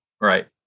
Right